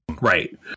Right